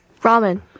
Ramen